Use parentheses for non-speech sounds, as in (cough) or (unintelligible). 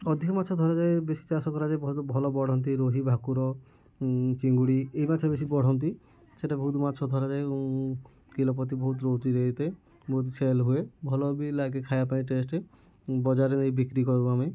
ଅଧିକ ମାଛ ଧରାଯାଏ ବେଶୀ ଚାଷ କରାଯାଏ ଭଲ ବଢ଼ନ୍ତି ରୋହି ଭାକୁର ଚିଙ୍ଗୁଡ଼ି ଏ ମାଛ ବେଶୀ ବଢ଼ନ୍ତି ସେଇଟା ବହୁତୁ ମାଛ ଧରାଯାଏ କିଲୋ ପ୍ରତି ବହୁତ ହୋଇଥାଏ (unintelligible) ବହୁତ ସେଲ୍ ହୁଏ ଭଲ ବି ଲାଗେ ଖାଇବା ପାଇଁ ଟେଷ୍ଟ୍ ବଜାରରେ ବିକ୍ରି କରୁ ଆମେ